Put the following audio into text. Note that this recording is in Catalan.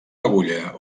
agulla